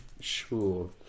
Sure